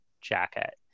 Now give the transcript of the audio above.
jacket